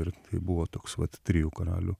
ir tai buvo toks vat trijų karalių